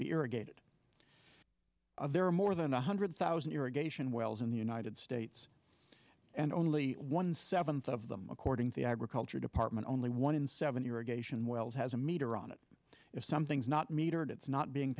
be irrigated there are more than one hundred thousand irrigation wells in the united states and only one seventh of them according to the agriculture department only one in seven irrigation wells has a meter on it if something's not metered it's not being